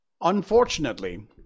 Unfortunately